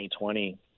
2020